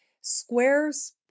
Squares